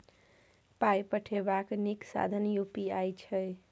पाय पठेबाक नीक साधन यू.पी.आई छै